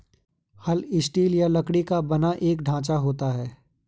हल स्टील या लकड़ी का बना एक ढांचा होता है